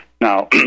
Now